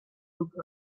took